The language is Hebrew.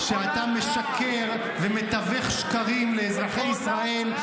אתה משקר ומתווך שקרים לאזרחי ישראל.